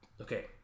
Okay